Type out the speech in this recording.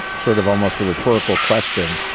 sort of almost a rhetorical question.